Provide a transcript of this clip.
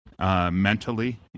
Mentally